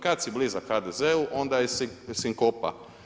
Kada si blizak HDZ-u onda je sinkopa.